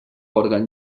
òrgan